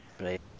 Right